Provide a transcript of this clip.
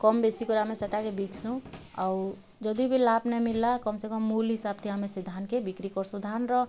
କମ୍ ବେଶୀ କରି ଆମେ ସେଟାକେ ବିକ୍ସୁଁ ଆଉ ଯଦି ବି ଲାଭ୍ ନେଇଁ ମିଲଲା କମ୍ ସେ କମ୍ ମୂଲ୍ ହିସାବ୍ଥେ ଆମେ ସେଇ ଧାନ୍କେ ବିକ୍ରି କରସୁଁ ଧାନ୍ର